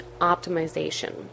optimization